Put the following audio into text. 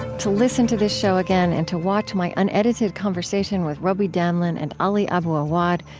to listen to this show again, and to watch my unedited conversation with robi damelin and ali abu awwad,